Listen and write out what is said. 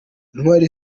intwari